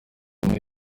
muri